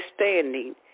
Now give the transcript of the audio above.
understanding